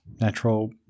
natural